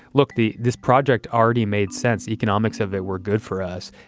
look, the this project already made sense economics of it were good for us.